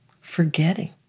forgetting